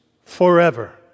forever